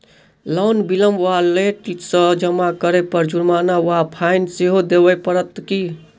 Loan विलंब वा late सँ जमा करै पर जुर्माना वा फाइन सेहो देबै पड़त की?